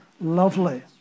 lovely